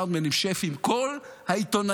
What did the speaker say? חשבים, סאונדמנים, שפים, כל העיתונאים